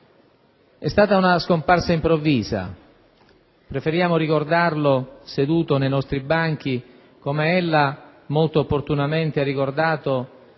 È stata una scomparsa improvvisa. Preferiamo ricordarlo seduto nei nostri banchi - come ella molto opportunamente ha ricordato